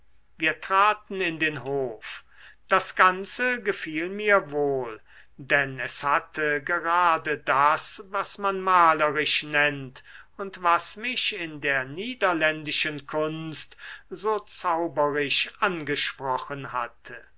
wir traten in den hof das ganze gefiel mir wohl denn es hatte gerade das was man malerisch nennt und was mich in der niederländischen kunst so zauberisch angesprochen hatte